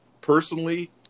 personally